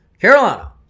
Carolina